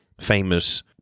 famous